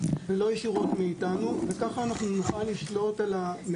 הלאומי ולא ישירות מאיתנו וכך נוכל לשלוט על המידע.